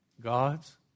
God's